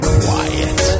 quiet